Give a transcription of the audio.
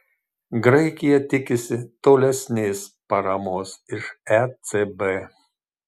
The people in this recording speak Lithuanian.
graikija tikisi tolesnės paramos iš ecb